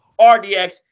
RDX